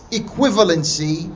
equivalency